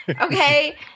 Okay